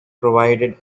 provided